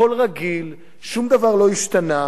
הכול רגיל, שום דבר לא השתנה.